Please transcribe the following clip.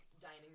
dining